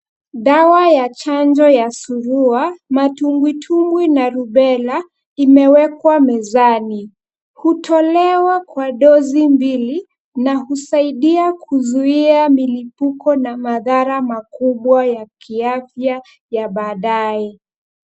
Dawa ya chanjo ya surua, matumbwi tumbwi na rubela, imewekwa mezani. Hutolewa kwa dozi mbili na husaidia kuzuia milipuko na madhara makubwa ya kwa kiafya baadaye.